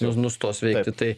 nu nustos veikti tai